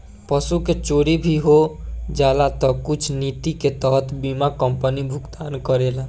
पशु के चोरी भी हो जाला तऽ कुछ निति के तहत बीमा कंपनी भुगतान करेला